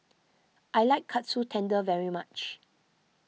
I like Katsu Tendon very much